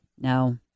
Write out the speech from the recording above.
No